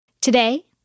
Today